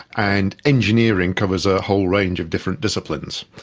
and engineering covers a whole range of different disciplines.